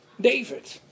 David